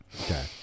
Okay